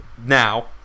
now